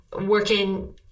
working